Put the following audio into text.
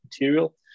material